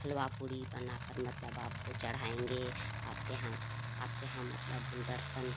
हलवा पूड़ी बनाकर मतलब आपको चढ़ाएंगे आपके यहाँ आपके यहाँ मतलब हम दर्शन